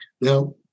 Now